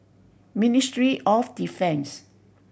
Ministry of Defence